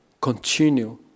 continue